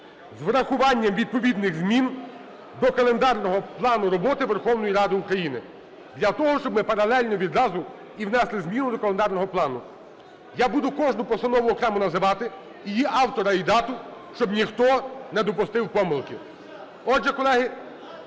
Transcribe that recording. "з врахуванням відповідних змін до календарного плану роботи Верховної Ради України" для того, щоби ми паралельно відразу і внесли зміни до календарного плану. Я буду кожну постанову окремо називати, її автора і дату, щоб ніхто не допустив помилки. Отже, колеги…